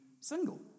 single